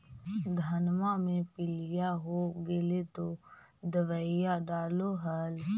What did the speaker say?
धनमा मे पीलिया हो गेल तो दबैया डालो हल?